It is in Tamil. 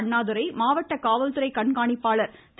அண்ணாதுரை மாவட்ட மாவட்ட காவல்துறை கண்காணிப்பாளர் திரு